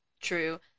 True